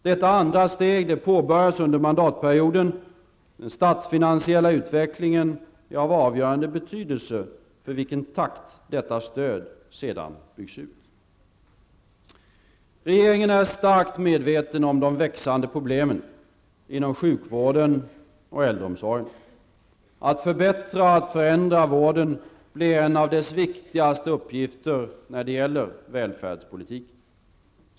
Detta andra steg påbörjas under mandatperioden. Den statsfinansiella utvecklingen är av avgörande betydelse för i vilken takt detta stöd sedan byggs ut. Regeringen är starkt medveten om de växande problemen inom sjukvården och äldreomsorgen. Att förbättra och förändra vården blir en av dess viktigaste uppgifter när det gäller välfärdspolitiken.